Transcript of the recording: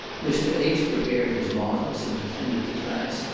mr. h. prepared his models, and attended the class,